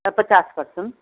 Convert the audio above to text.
پچاس پرسن